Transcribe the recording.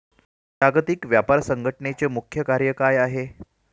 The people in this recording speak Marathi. जागतिक व्यापार संघटचे मुख्य कार्य काय आहे?